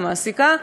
למעסיקה,